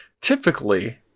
Typically